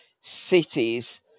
cities